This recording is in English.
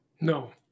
No